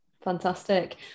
Fantastic